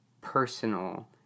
personal